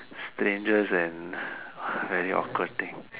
strangest and very awkward thing